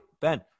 Ben